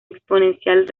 exponencial